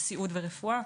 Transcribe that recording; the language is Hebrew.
סיעוד ורפואה,